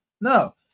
No